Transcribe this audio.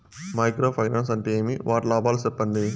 Micro finance అంటే ఏమి? వాటి లాభాలు సెప్పండి?